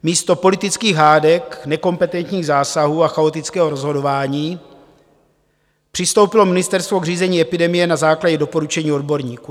Místo politických hádek, nekompetentních zásahů a chaotického rozhodování přistoupilo ministerstvo k řízení epidemie na základě doporučení odborníků.